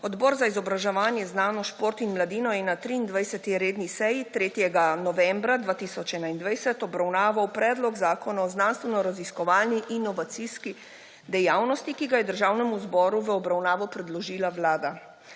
Odbor za izobraževanje, znanost, šport in mladino je na 23. redni seji 3. novembra 2021 obravnaval Predlog zakona o znanstvenoraziskovalni in inovacijski dejavnosti, ki ga je Državnemu zboru v obravnavo predložila Vlada.